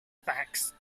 facts